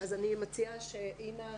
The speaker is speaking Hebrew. אז אני מציעה שאינה,